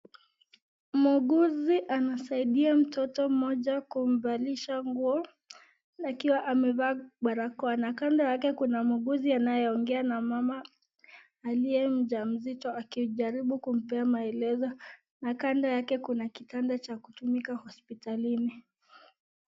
Muuguzi anasaidia mtoto mmoja kumvalisha nguo na akiwa amevaa barakoa. Na kando yake kuna muuguzi anayeongea na mama aliye mjamzito akijaribu kumpea maelezo. Na kando yake kuna kitanda cha kutumika hospitalini.